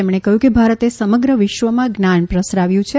તેમણે કહયું કે ભારતે સમગ્ર વિશ્વમાં જ્ઞાન પ્રસરાવ્યું છે